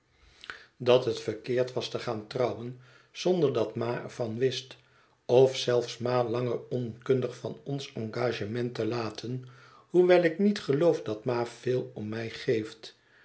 dat het verkeerd was te gaan trouwen zonder dat ma er van wist of zelfs ma langer onkundig van ons engagement te laten hoewel ik niet geloof dat ma veel om mij geeft